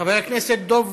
חבר הכנסת דב